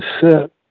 set